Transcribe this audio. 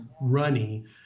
runny